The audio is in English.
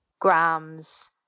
grams